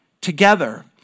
together